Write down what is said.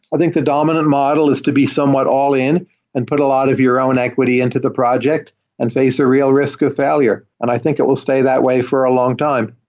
i think the dominant model is to be somewhat all in and put a lot of your own equity into the project and face the real risk of failure, and i think it will stay that way for a long time.